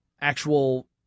actual